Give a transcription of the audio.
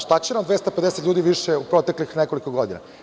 Šta će nam 250 ljudi više u proteklih nekoliko godina.